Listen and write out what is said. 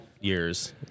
years